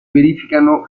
verificano